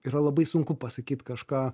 yra labai sunku pasakyt kažką